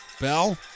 Bell